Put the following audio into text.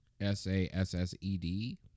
S-A-S-S-E-D